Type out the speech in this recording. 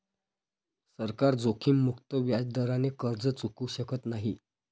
सरकार जोखीममुक्त व्याजदराने कर्ज चुकवू शकत नाही